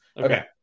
Okay